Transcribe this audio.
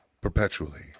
perpetually